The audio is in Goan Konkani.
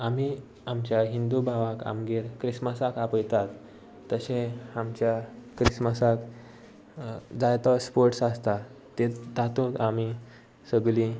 आमी आमच्या हिंदू भावाक आमगेर क्रिस्मसाक आपयतात तशें आमच्या क्रिस्मसाक जाय तो स्पोर्ट्स आसता ते तातूंत आमी सगलीं